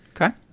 Okay